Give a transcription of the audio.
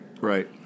Right